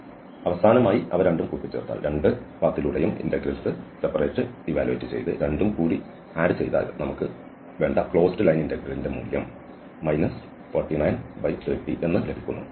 അതിനാൽ അവസാനമായി രണ്ടും കൂടി ചേർത്താൽ നമുക്ക് ക്ലോസ്ഡ് ലൈൻ ഇന്റെഗ്രേലിന്റെ മൂല്യം 4930 എന്ന് ലഭിക്കുന്നു